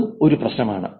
അതും ഒരു പ്രശ്നമാണ്